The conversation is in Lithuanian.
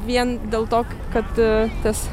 vien dėl to kad tas